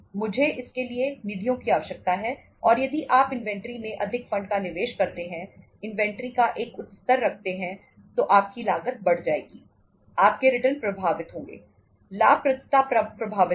मुझे इसके लिए निधियों की आवश्यकता है और यदि आप इन्वेंट्री में अधिक फंड का निवेश करते हैं इन्वेंट्री का एक उच्च स्तर रखते हैं तो आपकी लागत बढ़ जाएगी आपके रिटर्न प्रभावित होंगे लाभप्रदता प्रभावित होगी